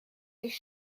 sich